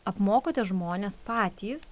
apmokote žmones patys